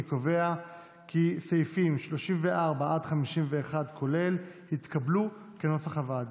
אני קובע כי סעיפים 34 עד 51, כולל, כנוסח הוועדה,